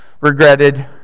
regretted